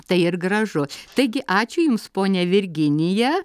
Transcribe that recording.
tai ir gražu taigi ačiū jums ponia virginija